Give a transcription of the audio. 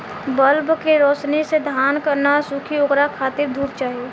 bulb के रौशनी से धान न सुखी ओकरा खातिर धूप चाही